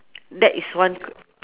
that is one k~